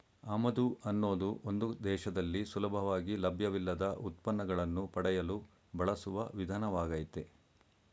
ಆಮದು ಅನ್ನೋದು ಒಂದು ದೇಶದಲ್ಲಿ ಸುಲಭವಾಗಿ ಲಭ್ಯವಿಲ್ಲದ ಉತ್ಪನ್ನಗಳನ್ನು ಪಡೆಯಲು ಬಳಸುವ ವಿಧಾನವಾಗಯ್ತೆ